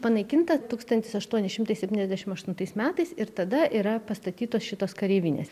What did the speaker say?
panaikinta tūkstanstis aštuoni šimtai septyniasdešimt aštuntais metais ir tada yra pastatytos šitos kareivinės